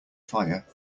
fire